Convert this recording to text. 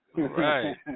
Right